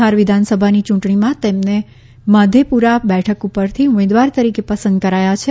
બિહાર વિધાનસભાની ચૂંટણીમાં તેમને મધેપુરા બેઠક પરથી ઉમેદવાર તરીકે પસંદ કરાયા છે